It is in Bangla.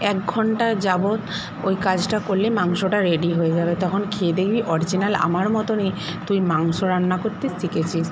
একঘন্টা যাবত ওই কাজটা করলে মাংসটা রেডি হয়ে যাবে তখন খেয়ে দেখবি অরিজিনাল আমার মতনই তুই মাংস রান্না করতে শিখেছিস